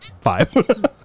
five